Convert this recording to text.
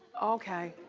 okay.